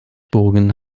burgen